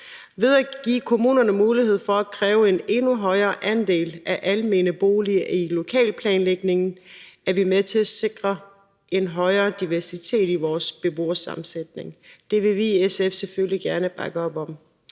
Ved at give kommunerne mulighed for at kræve en endnu højere andel af almene boliger i lokalplanlægningen er vi med til at sikre en højere diversitet i vores beboersammensætning. Det vil vi i SF selvfølgelig gerne bakke op om.